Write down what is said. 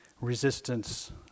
resistance